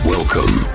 Welcome